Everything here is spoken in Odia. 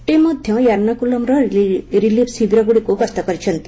ଟିମ୍ ମଧ୍ୟ ୟର୍ଷାକୁଲମ୍ର ରିଲିଫ୍ ସିବିରଗୁଡ଼ିକୁ ଗସ୍ତ କରିଛନ୍ତି